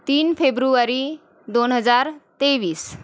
तीन फेब्रुवारी दोन हजार तेवीस